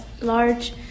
large